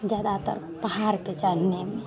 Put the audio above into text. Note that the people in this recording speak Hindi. ज़्यादातर पहाड़ पर चढ़ने में